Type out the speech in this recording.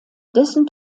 dessen